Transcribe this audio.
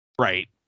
Right